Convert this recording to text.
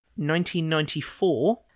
1994